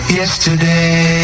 yesterday